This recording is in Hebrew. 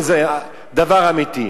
אם זה דבר אמיתי,